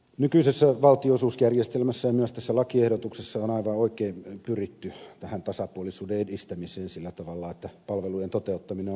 nykyisessä valtionosuusjärjestelmässä ja myös tässä lakiehdotuksessa on aivan oikein pyritty tasapuolisuuden edistämiseen sillä tavalla että palvelujen toteuttaminen on mahdollista